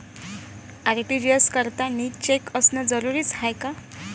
RTGS करतांनी cheque असनं जरुरीच हाय का?